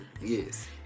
Yes